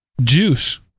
juice